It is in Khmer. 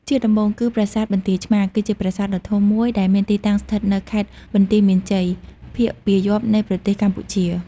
ជាដំបូង គឺប្រាសាទបន្ទាយឆ្មារ គឺជាប្រាសាទដ៏ធំមួយដែលមានទីតាំងស្ថិតនៅខេត្តបន្ទាយមានជ័យ ភាគពាយព្យនៃប្រទេសកម្ពុជា។